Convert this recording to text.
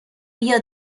بیا